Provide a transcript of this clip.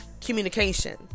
Communication